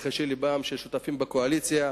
את רחשי לבם של השותפים בקואליציה,